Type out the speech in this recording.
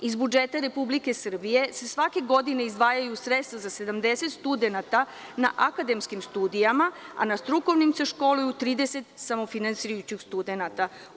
Iz budžeta Republike Srbije se svake godine izdvajaju sredstva za 70 studenata na akademskim studijama, a na strukovnim se školuju 30 samofinansirajućih studenata.